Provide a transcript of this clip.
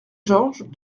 georges